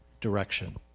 direction